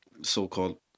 so-called